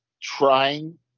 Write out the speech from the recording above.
trying